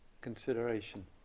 consideration